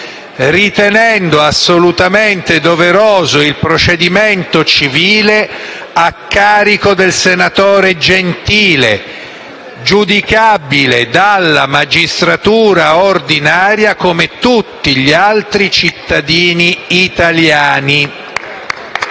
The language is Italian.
ritenendo assolutamente doveroso il procedimento civile a carico del senatore Gentile, giudicabile dalla magistratura ordinaria come tutti gli altri cittadini italiani.